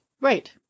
Right